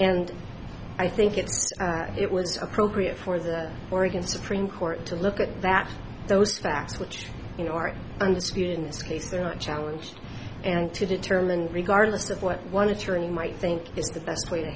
and i think it's it was appropriate for the oregon supreme court to look at that those facts which you know are undisputed in this case they're not challenge and to determine regardless of what one attorney might think is the best way to